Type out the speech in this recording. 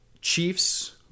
Chiefs